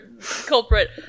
culprit